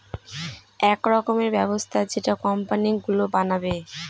এক রকমের ব্যবস্থা যেটা কোম্পানি গুলো বানাবে